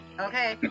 Okay